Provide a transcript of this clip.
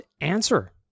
answer